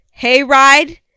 hayride